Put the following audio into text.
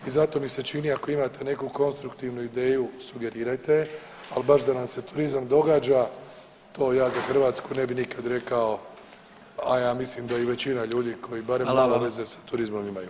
I zato mi se čini ako imate neku konstruktivnu ideju sugerirajte je, al baš da nam se turizam događa to ja za Hrvatsku ne bi nikad rekao, a ja mislim da i većina ljudi koji barem ima veze sa turizmom imaju.